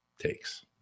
takes